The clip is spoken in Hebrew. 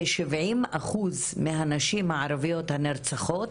70% מהנשים הערביות הנרצחות,